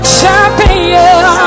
champion